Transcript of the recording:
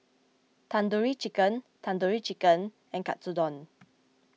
Tandoori Chicken Tandoori Chicken and Katsudon